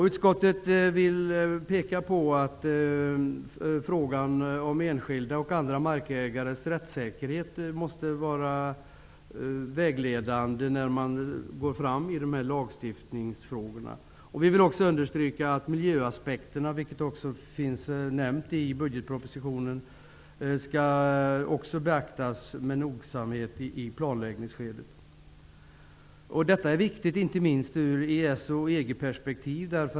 Utskottet vill framhålla att enskildas som andra markägares rättssäkerhet måste vara vägledande i arbetet med lagstiftningen. Utskottet vill också understryka miljöaspekterna, vilket också nämns i budgetpropositionen. De skall också beaktas noga i planläggningsskedet. Detta är viktigt inte minst ur ett EES och EU-perspektiv.